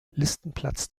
listenplatz